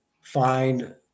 find